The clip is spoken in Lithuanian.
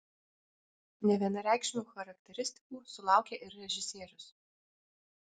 nevienareikšmių charakteristikų sulaukė ir režisierius